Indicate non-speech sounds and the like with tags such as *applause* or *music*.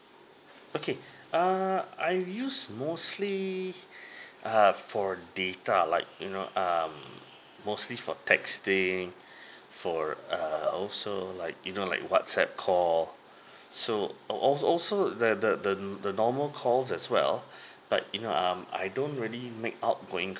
okay err I use mostly *breath* err for data like you know um mostly for texting *breath* for err also like you know like whatsapp call so al~ al~ also the the the the normal calls as well but you know um I don't really make outgoing